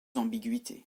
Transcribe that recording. ambiguïté